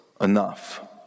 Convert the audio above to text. enough